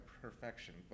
perfection